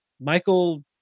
Michael